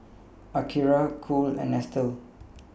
Akira Cool and Nestle